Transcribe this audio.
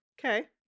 Okay